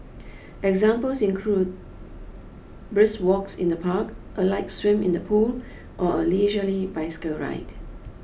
examples include brisk walks in the park a light swim in the pool or a leisurely bicycle ride